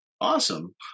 Awesome